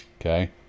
Okay